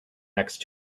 next